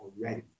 already